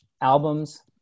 albums